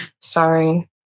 sorry